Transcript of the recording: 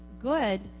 good